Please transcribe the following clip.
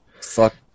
fuck